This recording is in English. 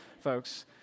folks